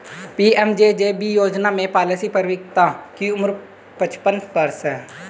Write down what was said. PMJJB योजना में policy परिपक्वता की उम्र पचपन वर्ष है